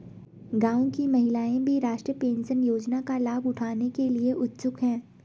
गांव की महिलाएं भी राष्ट्रीय पेंशन योजना का लाभ उठाने के लिए उत्सुक हैं